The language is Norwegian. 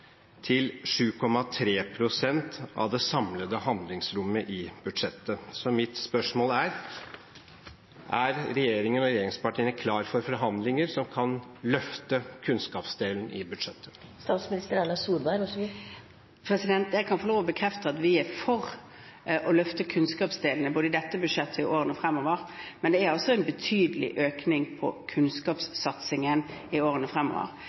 til 7,3 pst. av det samlede handlingsrommet i budsjettet. Så mitt spørsmål er: Er regjeringen og regjeringspartiene klare for forhandlinger som kan løfte kunnskapsdelen i budsjettet? Jeg kan bekrefte at vi er for å løfte kunnskapsdelen, både i dette budsjettet og i årene fremover, men det er altså en betydelig økning i kunnskapssatsingen i årene fremover: